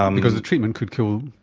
um because the treatment could kill,